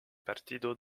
partido